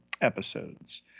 Episodes